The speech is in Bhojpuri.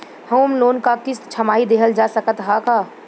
होम लोन क किस्त छमाही देहल जा सकत ह का?